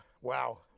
wow